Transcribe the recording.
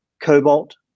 cobalt